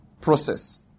process